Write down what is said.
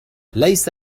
ليس